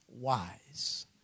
wise